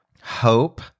hope